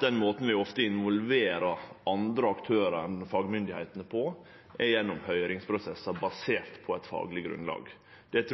Den måten vi ofte involverer andre aktørar enn fagmyndigheitene på, er gjennom høyringsprosessar, basert på eit fagleg grunnlag. At